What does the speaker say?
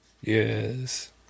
Yes